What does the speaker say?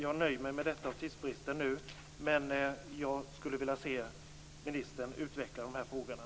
Jag nöjer mig med detta på grund av tidsbristen nu, men jag skulle vilja höra ministern utveckla de här frågorna.